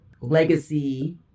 legacy